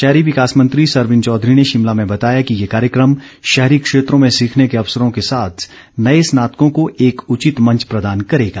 शहरी विकास मंत्री सरवीण चौधरी ने शिमला में बताया कि ये कार्यक्रम शहरी क्षेत्रों में सीखने के ै अवसरों के साथ नए स्नातकों को एक उचित मंच प्रदान करेगा